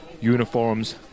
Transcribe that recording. uniforms